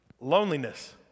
Loneliness